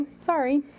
Sorry